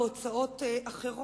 קם משרד האוצר בראשותך,